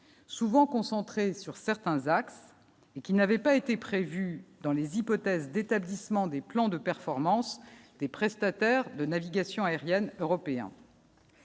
souvent concentrés sur certains axes, et qui n'avait pas été prévue dans les hypothèses d'établissement des plans de performance des prestataires de navigation aérienne européen.